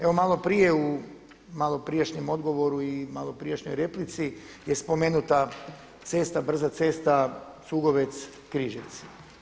Evo malo prije u maloprijašnjem odgovoru i malo prijašnjoj replici je spomenuta brza cesta Cugovec-Križevci.